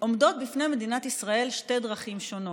עומדות בפני מדינת ישראל שתי דרכים שונות.